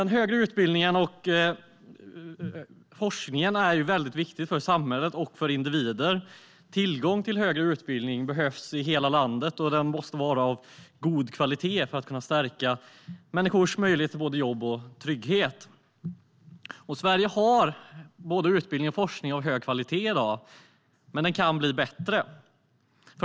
Den högre utbildningen och forskningen är väldigt viktig för samhället och för individerna. Tillgång till högre utbildning behövs i hela landet, och utbildningen måste vara av god kvalitet för att kunna stärka människors möjligheter till både jobb och trygghet. Sverige har både utbildning och forskning av hög kvalitet i dag, men det kan bli bättre.